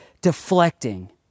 deflecting